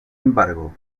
embargo